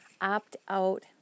opt-out